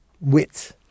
wit